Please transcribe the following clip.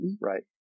right